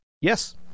Yes